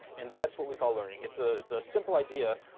and that's what we call learning. it's ah it's a simple idea,